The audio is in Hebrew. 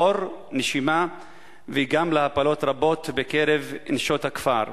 עור ונשימה, וגם להפלות רבות בקרב נשות הכפר.